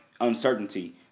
uncertainty